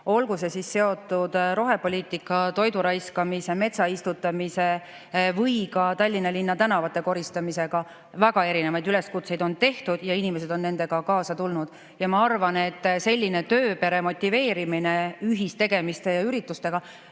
Olgu see siis seotud rohepoliitika, toidu raiskamise, metsa istutamise või ka Tallinna linna tänavate koristamisega. Väga erinevaid üleskutseid on tehtud ja inimesed on nendega kaasa tulnud. Ma arvan, et selline tööpere motiveerimine ühistegemiste ja üritustega